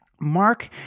Mark